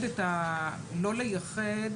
לא לייחד